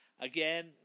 Again